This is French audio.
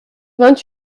vingt